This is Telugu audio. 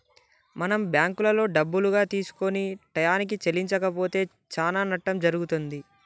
మనం బ్యాంకులో డబ్బులుగా తీసుకొని టయానికి చెల్లించకపోతే చానా నట్టం జరుగుతుంది